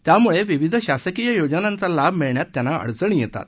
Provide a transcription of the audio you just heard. त्यामुळे विविध शासकीय योजनांचा लाभ मिळण्यात त्यांना अडचणी येतात